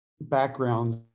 backgrounds